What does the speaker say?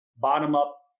bottom-up